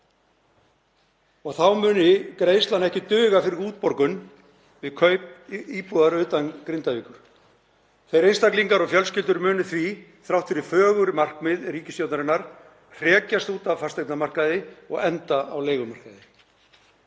í þá muni greiðslan ekki duga fyrir útborgun við kaup íbúðar utan Grindavíkur. Þeir einstaklingar og fjölskyldur munu því, þrátt fyrir fögur markmið ríkisstjórnarinnar, hrekjast út af fasteignamarkaði og enda á leigumarkaði.